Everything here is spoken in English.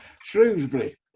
Shrewsbury